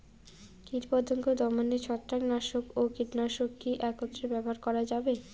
কীটপতঙ্গ দমনে ছত্রাকনাশক ও কীটনাশক কী একত্রে ব্যবহার করা যাবে?